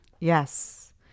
yes